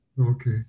okay